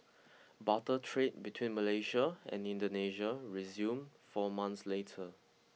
barter trade between Malaysia and Indonesia resumed four months later